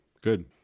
Good